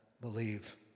believe